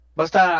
Basta